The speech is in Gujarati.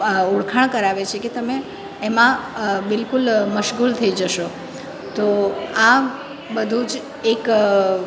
ઓળખાણ કરાવે છે કે તમે એમાં બિલકુલ મશગુલ થઈ જશો તો આ બધું જ એક